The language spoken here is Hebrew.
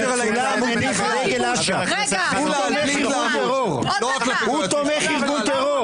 --- הוא תומך ארגון טרור.